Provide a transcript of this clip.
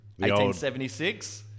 1876